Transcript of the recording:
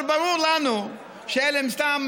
אבל ברור לנו שאלה סתם,